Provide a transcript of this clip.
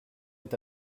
est